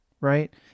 right